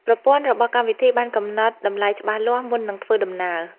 ប្រព័ន្ធរបស់កម្មវិធីបានកំណត់តម្លៃច្បាស់លាស់មុននឹងធ្វើដំណើរ។